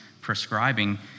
prescribing